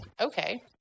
okay